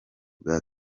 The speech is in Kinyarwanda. bwa